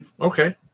okay